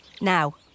Now